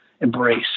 embrace